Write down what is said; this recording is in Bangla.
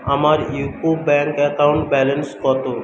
আমার ইউকো ব্যাঙ্ক অ্যাকাউন্ট ব্যালেন্স কত